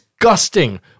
Disgusting